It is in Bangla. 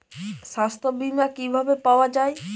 সাস্থ্য বিমা কি ভাবে পাওয়া যায়?